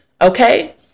Okay